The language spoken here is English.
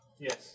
Yes